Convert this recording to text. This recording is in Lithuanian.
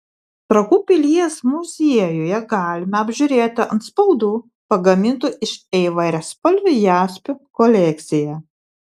trakų pilies muziejuje galime apžiūrėti antspaudų pagamintų iš įvairiaspalvių jaspių kolekciją